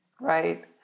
Right